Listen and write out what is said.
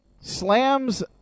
slams